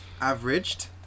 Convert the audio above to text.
averaged